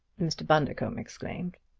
mr. bundercombe exclaimed.